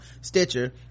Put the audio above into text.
stitcher